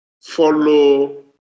follow